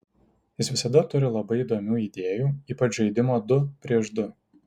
jis visada turi labai įdomių idėjų ypač žaidimo du prieš du